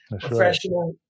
professional